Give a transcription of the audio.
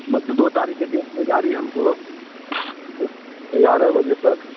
मतलब दो तारिख की डेट में गाड़ी हमको ग्यारह बजे तक